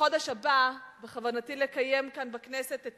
בחודש הבא בכוונתי לקיים כאן בכנסת את